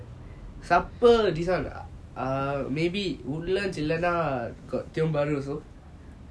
supper this ah err maybe woodlands இல்லனா:illana or tiong bahru